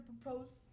propose